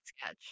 sketch